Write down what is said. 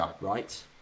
right